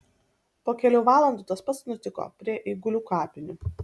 po kelių valandų tas pats nutiko prie eigulių kapinių